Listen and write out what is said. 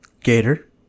gator